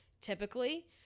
typically